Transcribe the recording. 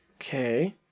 Okay